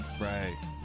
right